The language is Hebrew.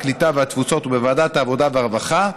הקליטה והתפוצות ובוועדת העבודה והרווחה,